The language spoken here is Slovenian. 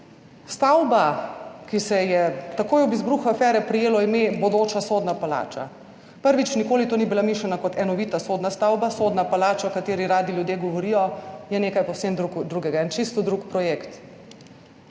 Stavba, ki se jo je takoj ob izbruhu afere prijelo ime bodoča sodna palača, prvič, nikoli ni bila mišljena kot enovita sodna stavba. Sodna palača, o kateri radi ljudje govorijo, je nekaj povsem drugega, čisto drug projekt.